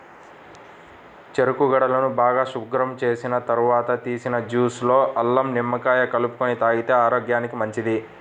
చెరుకు గడలను బాగా శుభ్రం చేసిన తర్వాత తీసిన జ్యూస్ లో అల్లం, నిమ్మకాయ కలుపుకొని తాగితే ఆరోగ్యానికి మంచిది